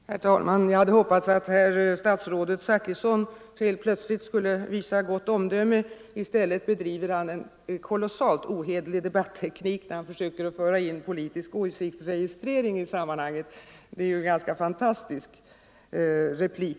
Herr talman! Jag hade hoppats att herr statsrådet Zachrisson helt plötsligt skulle visa gott omdöme. I stället använder han en kolossalt ohederlig debatteknik när han försöker pussla in politisk åsiktsregistrering i sam manhanget. Det var en ganska fantastisk replik.